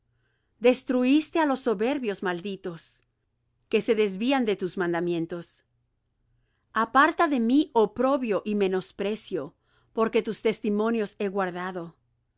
destruiste á los soberbios malditos que se desvían de tus mandamientos aparta de mí oprobio y menosprecio porque tus testimonios he guardado